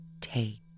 take